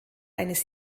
eines